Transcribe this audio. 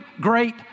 great